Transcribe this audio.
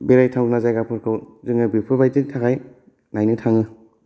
बेराय थावना जायगाफोरखौ जोंयो बेफोर बादिनि थाखाय नायनो थाङो